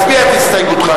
לשנת הכספים 2012,